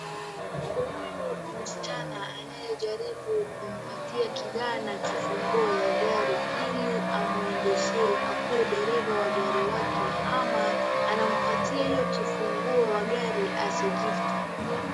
Huyu ni msichana anayejaribu kumpatia kijana kifunguo ya gari ili amwendeshe akue dereva wa gari wake ama anampatia hiyo kifunguo wa gari as a gift .